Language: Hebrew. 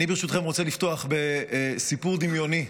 אני ברשותכם רוצה לפתוח בסיפור דמיוני.